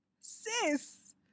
Sis